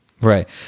Right